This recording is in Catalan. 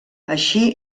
així